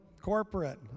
corporate